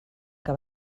que